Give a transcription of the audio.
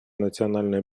національної